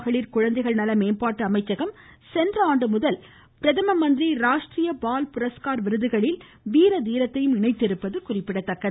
மகளிர் குழந்தைகள் நல மேம்பாட்டு அமைச்சகம் சென்ற ஆண்டு முதல் பிரதம மந்திரி ராஷ்ட்ரிய பால் புரஷ்கா் விருதுகளில் வீர தீரத்தையும் இணைத்திருப்பது குறிப்பிடத்தக்கது